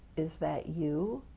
is that you?